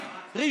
אני חוזר על זה,